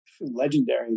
legendary